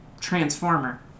transformer